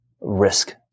risk